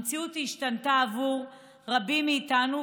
המציאות השתנתה בעבור רבים מאיתנו,